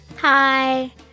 Hi